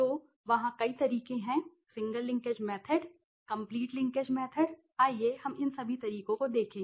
तो वहाँ कई तरीके हैं single linkage method complete linkage method आइए हम इन सभी तरीकों को देखें